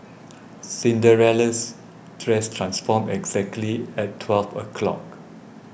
Cinderella's dress transformed exactly at twelve o'clock